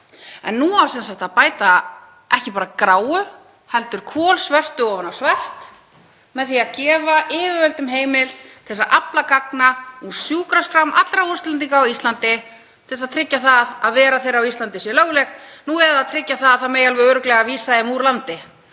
Nú á sem sagt að bæta ekki bara gráu heldur kolsvörtu ofan á svart með því að gefa yfirvöldum heimild til að afla gagna úr sjúkraskrám allra útlendinga á Íslandi til að tryggja að vera þeirra á Íslandi sé lögleg eða tryggja að það megi alveg örugglega vísa þeim úr landi